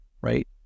Right